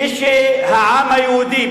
כשהעם היהודי,